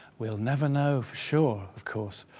we'll never know for sure of course,